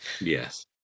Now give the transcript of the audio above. yes